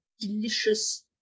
delicious